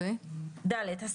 תוקף החוק.